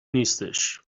نیستش